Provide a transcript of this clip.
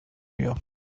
mir